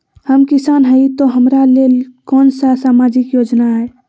हम किसान हई तो हमरा ले कोन सा सामाजिक योजना है?